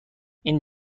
این